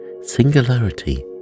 Singularity